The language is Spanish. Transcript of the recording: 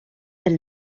del